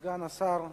סגן שר הבריאות,